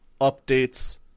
updates